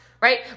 right